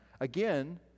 Again